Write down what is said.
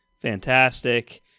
fantastic